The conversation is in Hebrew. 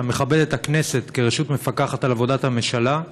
אתה מכבד את הכנסת כרשות מפקחת על עבודת הממשלה,